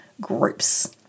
groups